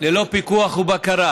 ללא פיקוח ובקרה,